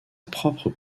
propre